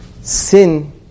Sin